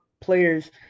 players